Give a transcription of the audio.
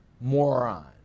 moron